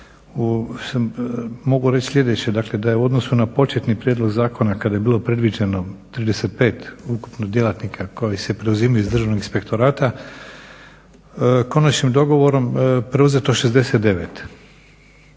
mogu reći sljedeće, da je u odnosu na početni prijedlog zakona kada je bilo predviđeno 35 ukupno djelatnika koji se preuzimaju iz državnog inspektorata konačnim dogovorom preuzeto je